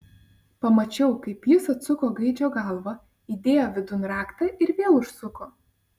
pamačiau kaip jis atsuko gaidžio galvą įdėjo vidun raktą ir vėl užsuko